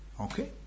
Okay